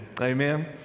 Amen